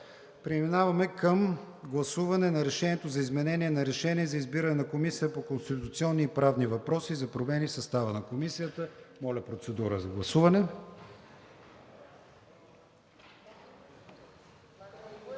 Комисията и Проект за решение за изменение на Решение за избиране на Комисия по конституционни и правни въпроси и за промени в състава на Комисията. Моля, процедура за гласуване.